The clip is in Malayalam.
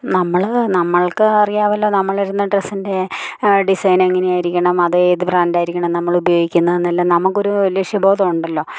നമ്മള് നമ്മൾക്ക് അറിയാവല്ലോ നമ്മളിടുന്ന ഡ്രസ്സിൻ്റെ ഡിസൈൻ എങ്ങനെയായിരിക്കണം അത് ഏത് ബ്രാൻഡായിരിക്കണം നമ്മള് ഉപയോഗിക്കുന്നതിന്നെല്ലാം നമുക്കൊരു ലക്ഷ്യബോധം ഉണ്ടല്ലോ